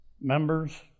members